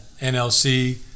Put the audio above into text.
NLC